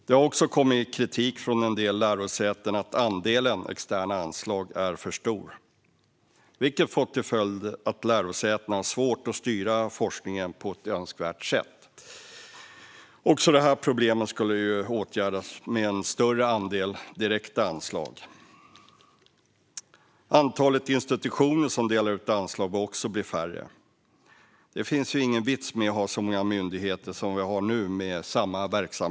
Det har också kommit kritik från en del lärosäten att andelen externa anslag är för stor, vilket har fått till följd att lärosätena har svårt att styra forskningen på önskvärt sätt. Också detta problem skulle åtgärdas med en större andel direkta anslag. Antalet institutioner som delar ut anslag bör också bli mindre. Det är ingen vits att ha så många myndigheter med samma verksamhet som vi har nu.